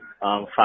five